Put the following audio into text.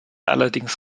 allerdings